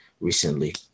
recently